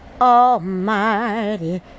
almighty